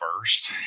first